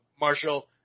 Marshall